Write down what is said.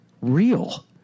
real